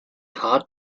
hard